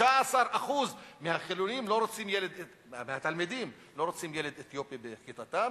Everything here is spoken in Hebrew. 16% מהתלמידים החילונים לא רוצים ילד אתיופי בכיתתם,